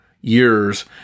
years